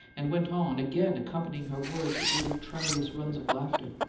and went on, again accompanying her words with little tremulous runs of laughter.